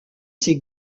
ces